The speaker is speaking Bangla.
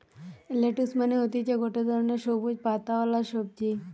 লেটুস মানে হতিছে গটে ধরণের সবুজ পাতাওয়ালা সবজি